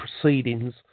proceedings